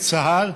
נכי צה"ל.